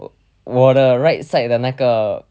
我我的 right side 的那个